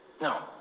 No